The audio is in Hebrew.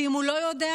ואם הוא לא יודע,